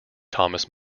thomas